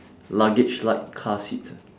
luggage like car seats ah